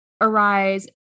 arise